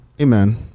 Amen